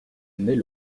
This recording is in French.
naît